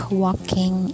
walking